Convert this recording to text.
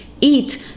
eat